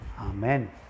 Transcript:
Amen